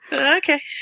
Okay